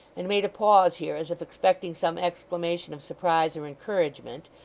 and made a pause here as if expecting some exclamation of surprise or encouragement,